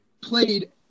played